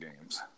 games